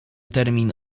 termin